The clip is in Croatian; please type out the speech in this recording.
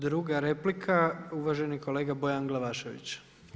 Druga replika uvaženi kolega Bojan Glavašević.